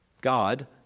God